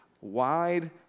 wide